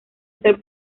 ser